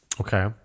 okay